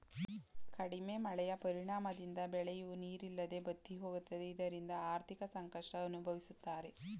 ಕಡಿಮೆ ಮಳೆಯ ಪರಿಣಾಮದಿಂದ ಬೆಳೆಯೂ ನೀರಿಲ್ಲದೆ ಬತ್ತಿಹೋಗುತ್ತದೆ ಇದರಿಂದ ಆರ್ಥಿಕ ಸಂಕಷ್ಟ ಅನುಭವಿಸುತ್ತಾರೆ